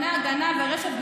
האכפתיות והחברתיות.